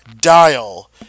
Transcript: Dial